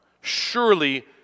Surely